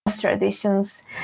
traditions